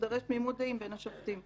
תידרש תמימות דעים בין השופטים.